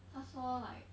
她说 like